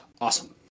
awesome